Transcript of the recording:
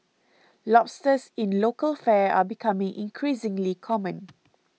Lobsters in local fare are becoming increasingly common